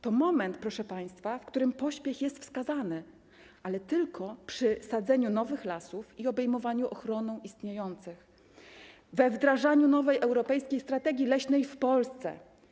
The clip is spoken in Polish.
To moment, proszę państwa, w którym pośpiech jest wskazany, ale tylko przy sadzeniu nowych lasów i obejmowaniu ochroną istniejących, we wdrażaniu nowej europejskiej strategii leśnej w Polsce.